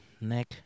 neck